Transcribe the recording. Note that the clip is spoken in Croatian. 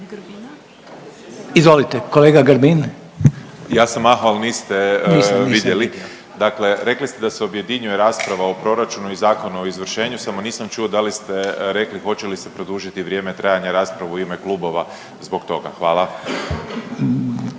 **Grbin, Peđa (SDP)** Ja sam mahao, ali niste vidjeli, dakle rekli ste da se objedinjuje rasprava o proračunu i zakonu o izvršenju, samo nisam čuo da li ste rekli hoće li se produžiti vrijeme trajanja rasprave u ime klubova zbog toga. Hvala.